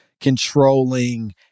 controlling